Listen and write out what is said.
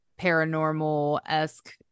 paranormal-esque